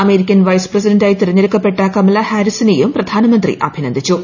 American vice പ്രസിഡന്റായ് തെരഞ്ഞെടുക്കപ്പെട്ട കമല ഹാരിസിനേയും പ്രധാനമന്ത്രി അഭിനന്ദിച്ചു